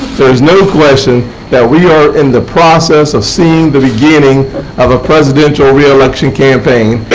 there is no question that we are in the process of seeing the beginning of a presidential reelection campaign,